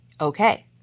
okay